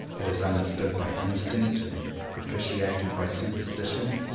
it is understood by instinct and propitiated by superstition.